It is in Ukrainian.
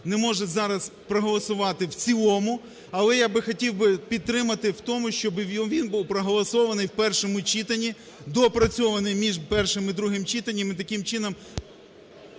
не можна зараз проголосувати в цілому, але я хотів би підтримати в тому, щоб він був проголосований в першому читанні, доопрацьований між першим і другим читанням, і таким чином…